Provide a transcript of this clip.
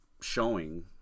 showing